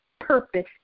purpose